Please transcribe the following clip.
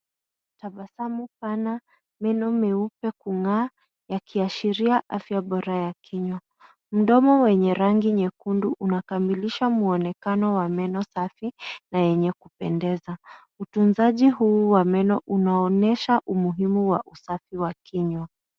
Tabasamu pana, meno meupe kung'aa yakiashiria afya bora ya kinywa. Mdomo wenye rangi nyekundu unakamilisha mwonekano wa meno safi na yenye kupendeza. Utunzaji huu wa meno unaonyesha umuhimu wa usafi wa kinywa.